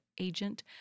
agent